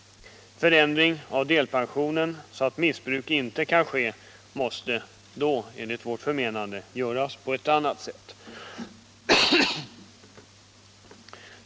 En ändring av bestämmelserna om delpensionen, så att missbruk inte kan ske, måste enligt vårt förmenande göras på ett annat sätt.